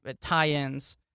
tie-ins